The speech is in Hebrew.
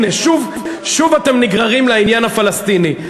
הנה, שוב אתם נגררים לעניין הפלסטיני.